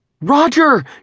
Roger